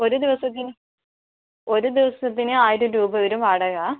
ഒരു ദിവസത്തിന് ഒരു ദിവസത്തിന് ആയിരം രൂപ വരും വാടക